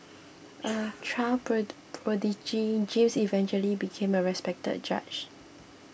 a child pro prodigy James eventually became a respected judge